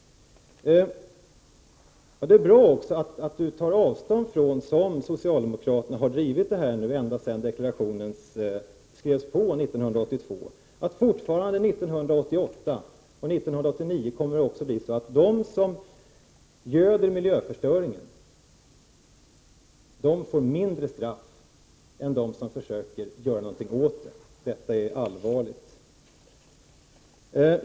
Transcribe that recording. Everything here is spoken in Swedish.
Socialdemokraterna har drivit dessa frågor ända sedan deklarationen skrevs på 1982, och det är bra att statsrådet tar avstånd från det system som fortfarande 1988 — och också 1989 —- innebär att de som göder miljöförstöringen får mindre straff än de som försöker göra någonting åt den. Detta är allvarligt.